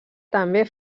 també